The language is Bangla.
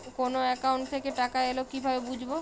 কোন একাউন্ট থেকে টাকা এল কিভাবে বুঝব?